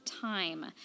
time